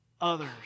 others